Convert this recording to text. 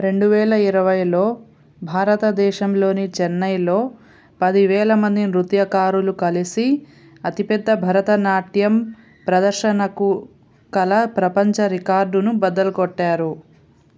రెండు వేల ఇరవైలో భారతదేశంలోని చెన్నైలో పది వేల మంది నృత్యకారులు కలిసి అతిపెద్ద భరతనాట్యం ప్రదర్శనకు కల ప్రపంచ రికార్డును బద్దలు కొట్టారు